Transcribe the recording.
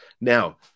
now